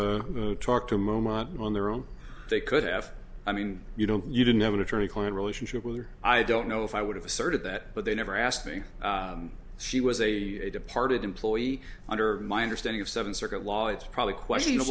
e talked a moment on their own they could have i mean you don't you didn't have an attorney client relationship with her i don't know if i would have asserted that but they never asked me she was a departed employee under my understanding of seven circuit law it's probably qu